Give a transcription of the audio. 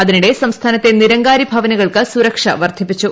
അതിനിടെ സംസ്ഥാനത്തെ നിരങ്കാരി ഭവനുകൾക്ക് സുരക്ഷ വർദ്ധിപ്പിച്ചു